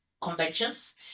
conventions